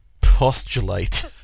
Postulate